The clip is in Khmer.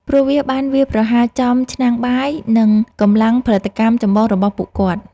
ព្រោះវាបានវាយប្រហារចំ ឆ្នាំងបាយ និងកម្លាំងផលិតកម្មចម្បងរបស់ពួកគាត់។